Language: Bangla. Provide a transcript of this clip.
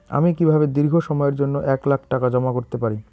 আমি কিভাবে দীর্ঘ সময়ের জন্য এক লাখ টাকা জমা করতে পারি?